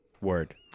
Word